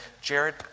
Jared